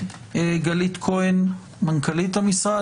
גלית כהן, מנכ"לית המשרד.